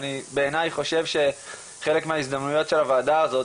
ואני בעיניי חושב שחלק מההזדמנויות של הוועדה הזאת,